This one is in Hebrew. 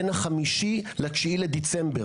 בין ה- 5 ל- 9 לדצמבר,